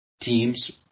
teams